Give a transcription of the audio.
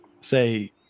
say